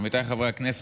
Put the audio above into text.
עמיתיי חברי הכנסת,